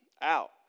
out